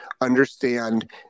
understand